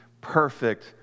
perfect